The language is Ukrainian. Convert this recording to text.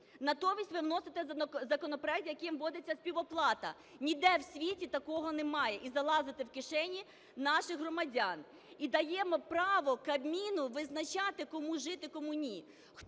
Натомість ви вносите законопроект, яким вводиться співоплата. Ніде в світі такого немає. І залазити в кишені наших громадян, і даємо право Кабміну визначати, кому жити, кому ні.